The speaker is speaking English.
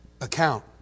account